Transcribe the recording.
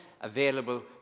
available